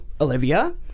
Olivia